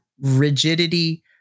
rigidity